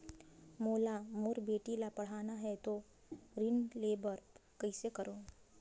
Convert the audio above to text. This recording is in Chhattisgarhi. मोला मोर बेटी ला पढ़ाना है तो ऋण ले बर कइसे करो